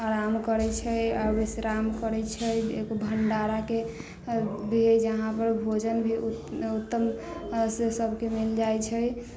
आराम करैत छै आ विश्राम करैत छै एक भंडाराके भी हइ जहाँपर भोजन भी उत्तमसँ सभके मिल जाइत छै